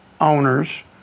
owners